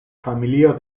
familio